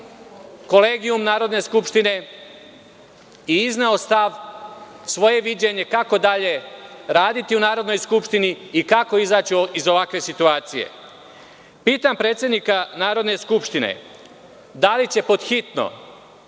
Kolegijum Narodne skupštine i izneo stav, svoje viđenje kako dalje raditi u Narodnoj skupštini i kako izaći iz ovakve situacije. Pitam predsednika Narodne skupštine da li će pod hitno